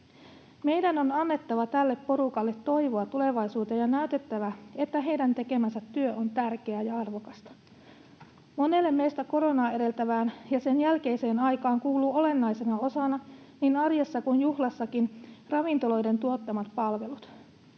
Meidän on annettava tälle porukalle toivoa tulevaisuuteen ja näytettävä, että heidän tekemänsä työ on tärkeää ja arvokasta. Monelle meistä koronaa edeltävään ja sen jälkeiseen aikaan kuuluu olennaisena osana niin arjessa kuin juhlassakin ravintoloiden tuottamat palvelut.